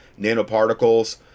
nanoparticles